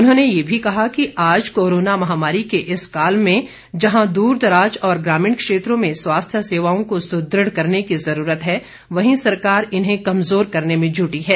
उन्होंने ये भी कहा कि आज कोरोना महामारी के इस काल में जहां दूर दराज और ग्रामीण क्षेत्रों में स्वास्थ्य सेवाओं को सुदृढ़ करने की जरूरत है वहीं सरकार इन्हें कमजोर करने में जुटी है